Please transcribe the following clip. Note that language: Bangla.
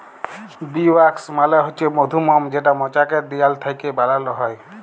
বী ওয়াক্স মালে হছে মধুমম যেটা মচাকের দিয়াল থ্যাইকে বালাল হ্যয়